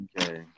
Okay